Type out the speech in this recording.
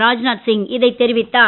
ராஜ்நாத் சிங் இதைத் தெரிவித்தார்